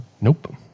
nope